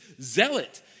zealot